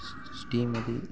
Srimathi